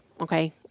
okay